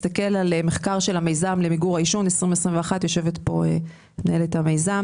אם נסתכל על מחקר של המיזם למיגור העישון 2021 יושבת כאן מנהלת המיזם